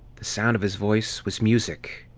the sound of his voice was music.